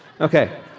Okay